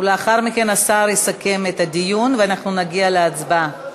ולאחר מכן השר יסכם את הדיון ואנחנו נגיע להצבעה.